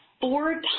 four